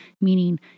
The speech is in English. meaning